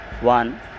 one